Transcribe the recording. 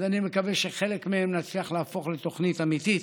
אז אני מקווה שחלק מהם נצליח להפוך לתוכנית אמיתית.